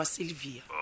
Sylvia